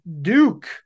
Duke